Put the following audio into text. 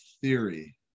theory